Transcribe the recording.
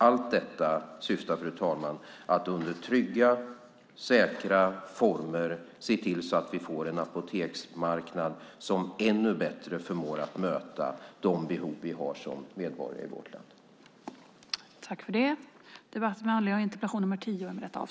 Allt syftar till att under trygga och säkra former se till att vi får en apoteksmarknad som ännu bättre förmår möta de behov som medborgarna i vårt land har.